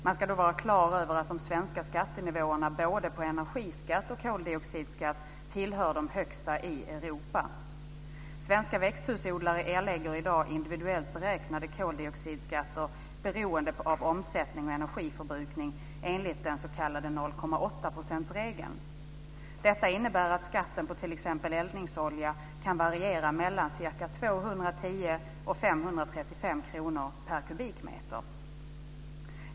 Man ska då vara klar över att de svenska skattenivåerna både på energiskatt och på koldioxidskatt tillhör de högsta i Europa. procentsregeln. Detta innebär att skatten på t.ex. eldningsolja kan variera mellan ca 210 och 535 kr per kubikmeter.